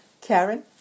Karen